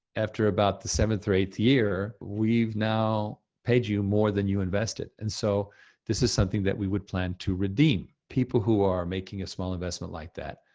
after about the seventh or eighth year, we've now paid you more than you invested, and and so this is something that we would plan to redeem. people who are making a small investment like that,